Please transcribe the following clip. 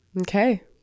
Okay